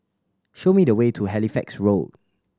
show me the way to Halifax Road